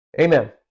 Amen